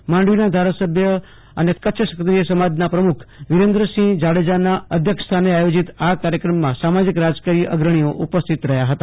માંડવીના ધારાસભ્ય અને કચ્છ ક્ષત્રિય સમાજના પ્રમુખ વીરેન્દ્રસિંહ જાડેજાના અધ્યક્ષસ્થાને આયોજીક આ કાર્યક્રમમાં સામાજીક રાજકીય અગ્રણીઓ ઉપસ્થિત રહ્યા હતા